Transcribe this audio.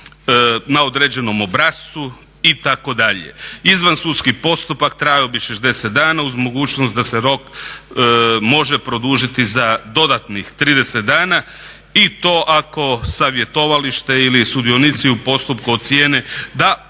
na određenom obrascu itd. Izvansudski postupak trajao bi 60 dana uz mogućnost da se rok može produžiti za dodatnih 30 dana i to ako savjetovalište ili sudionici u postupku ocjene da postoji